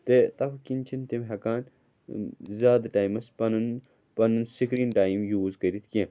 تہِ تَوٕ کِنۍ چھِنہٕ تِم ہٮ۪کان زیادٕ ٹایمَس پَنُن پَنُن سِکریٖن ٹایِم یوٗز کٔرِتھ کیٚنٛہہ